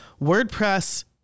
WordPress